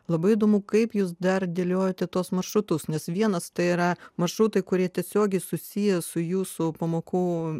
labai įdomu kaip jūs dar dėliojate tuos maršrutus nes vienas tai yra maršrutai kurie tiesiogiai susiję su jūsų pamokų